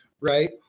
right